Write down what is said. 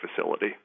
facility